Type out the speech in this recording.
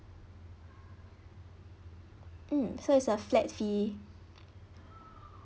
mm so it's a flat fee